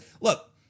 look